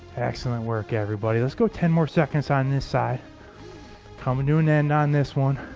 excellent work everybody let's go ten more seconds on this side coming to an end on this one